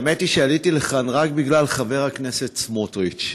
האמת היא שעליתי לכאן רק בגלל חבר הכנסת סמוטריץ,